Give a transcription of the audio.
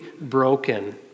broken